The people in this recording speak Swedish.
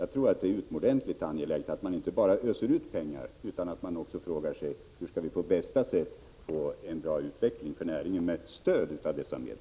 Jag tror att det är utomordentligt angeläget att man inte bara öser ut pengar utan att man också frågar sig: Hur skall vi på bästa sätt få en bra utveckling för näringen med stöd av dessa medel?